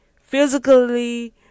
physically